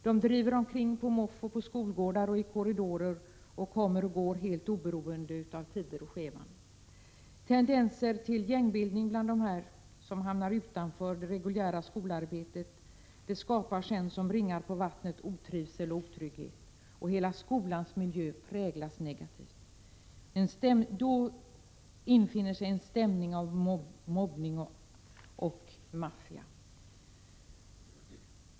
De driver omkring på måfå på skolgårdar och i korridorer och kommer och går helt oberoende av tider och schema. Tendenser till gängbildning bland dem som hamnar utanför det reguljära skolarbetet skapar sedan, som ringar på vattnet, otrivsel och otrygghet. Hela skolans miljö präglas negativt. Då inställer sig en stämning som för tankarna till mobbning och maffia.